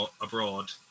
abroad